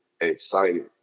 excited